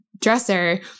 dresser